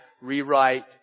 rewrite